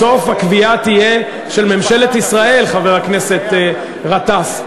בסוף הקביעה תהיה של ממשלת ישראל, חבר הכנסת גטאס.